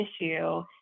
issue